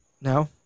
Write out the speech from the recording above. No